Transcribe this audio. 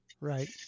Right